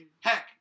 Heck